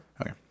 Okay